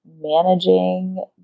managing